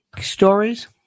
stories